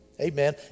Amen